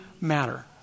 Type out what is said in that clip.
matter